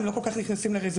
הם לא כל כך נכנסים לרזולוציה.